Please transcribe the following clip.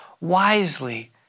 wisely